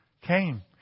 came